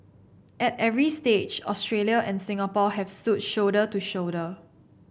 at every stage Australia and Singapore have stood shoulder to shoulder